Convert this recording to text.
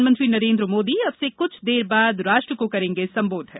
प्रधानमंत्री नरेन्द्र मोदी अब से कुछ देर बाद राष्ट्र को करेंगे संबोधित